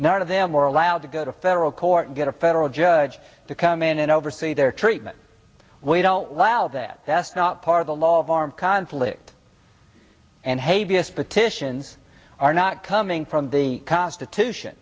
none of them are allowed to go to federal court and get a federal judge to come in and oversee their treatment we don't allow that that's not part of the law of armed conflict and hey vs petitions are not coming from the constitution